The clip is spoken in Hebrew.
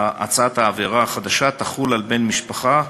העבירה החדשה תחול על "בן משפחה",